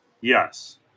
Yes